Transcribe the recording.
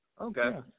Okay